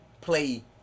play